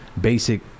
basic